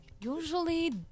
Usually